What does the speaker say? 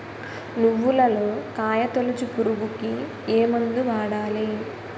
నువ్వులలో కాయ తోలుచు పురుగుకి ఏ మందు వాడాలి?